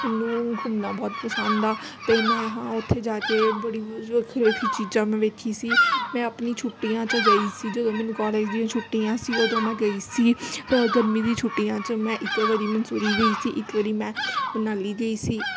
ਮੈਨੂੰ ਘੁੰਮਣਾ ਬਹੁਤ ਪਸੰਦ ਆ ਅਤੇ ਮੈਂ ਹਾਂ ਉੱਥੇ ਜਾ ਕੇ ਬੜੀ ਚੀਜ਼ਾਂ ਮੈਂ ਵੇਖੀ ਸੀ ਮੈਂ ਆਪਣੀ ਛੁੱਟੀਆਂ 'ਚ ਗਈ ਸੀ ਜਦੋਂ ਮੈਨੂੰ ਕੋਲਜ ਦੀਆਂ ਛੁੱਟੀਆਂ ਸੀ ਉਦੋਂ ਮੈਂ ਗਈ ਸੀ ਗਰਮੀ ਦੀ ਛੁੱਟੀਆਂ 'ਚ ਮੈਂ ਇੱਕ ਵਾਰੀ ਮੰਸੂਰੀ ਗਈ ਸੀ ਇੱਕ ਵਾਰੀ ਮੈਂ ਮਨਾਲੀ ਗਈ ਸੀ